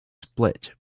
split